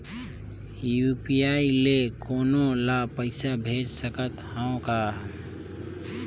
UPI ले कोनो ला पइसा भेज सकत हों का?